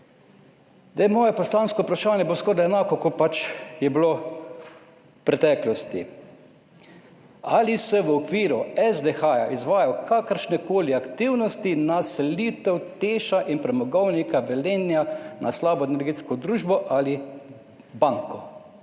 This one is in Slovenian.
Moje poslansko vprašanje bo skorajda enako, kot je bilo v preteklosti: Ali se v okviru SDH izvajajo kakršnekoli aktivnosti za selitev Teša in Premogovnika Velenje na slabo energetsko družbo ali banko,